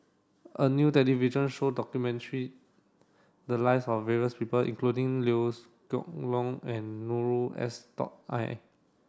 a new television show documented the lives of various people including Liew Geok Leong and Noor S dog I